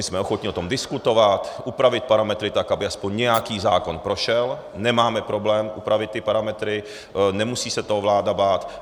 Jsme ochotni o tom diskutovat, upravit parametry tak, aby aspoň nějaký zákon prošel, nemáme problém upravit ty parametry, nemusí se toho vláda bát.